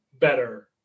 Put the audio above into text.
better